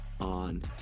on